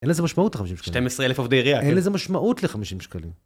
אין לזה משמעות 12,000 עובדי עיריה, אין לזה משמעות ל-50 שקלים.